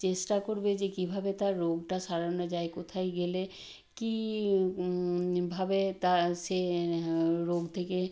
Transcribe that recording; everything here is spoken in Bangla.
চেষ্টা করবে যে কীভাবে তার রোগটা সারানো যায় কোথায় গেলে কী ভাবে তা সে রোগ থেকে